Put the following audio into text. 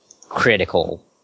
critical